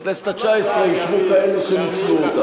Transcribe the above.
בכנסת התשע-עשרה ישבו כאלה שניצלו אותה.